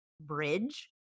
bridge